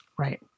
Right